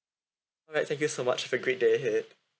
alright thank you so much have a great day ahead